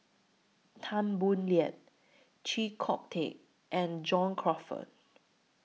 Tan Boo Liat Chee Kong Tet and John Crawfurd